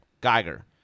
Geiger